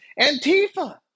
Antifa